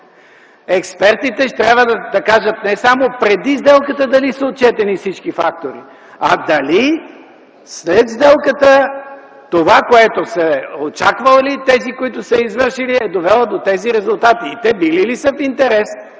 Експертите ще трябва да кажат не само преди сделката дали са отчетени всички фактори, а дали след сделката това, което са очаквали тези, които са я извършили, е довела до тези резултати и те били ли са в интерес